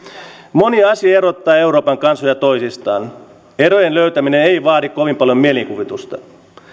moni asia erottaa euroopan kansoja toisistaan erojen löytäminen ei vaadi kovin paljon mielikuvitusta